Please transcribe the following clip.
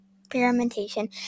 experimentation